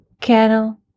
cattle